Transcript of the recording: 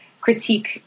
critique